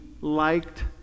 liked